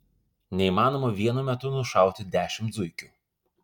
neįmanoma vienu metu nušauti dešimt zuikių